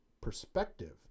perspective